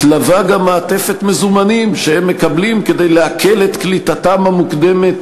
מתלווה גם מעטפת מזומנים שהם מקבלים כדי להקל את קליטתם המוקדמת